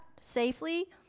safely